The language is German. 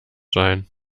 sein